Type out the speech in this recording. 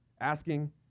Asking